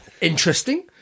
interesting